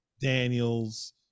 Daniels